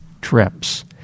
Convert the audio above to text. trips